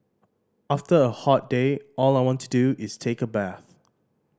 after a hot day all I want to do is take a bath